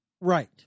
Right